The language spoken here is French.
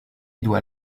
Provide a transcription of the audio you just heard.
doit